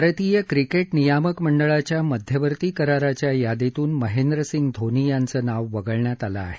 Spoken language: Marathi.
भारतीय क्रिकेट नियामक मंडळाच्या मध्यवर्ती कराराच्या यादीतून महेंद्रसिंग धोनी याचं नाव वगळण्यात आलंय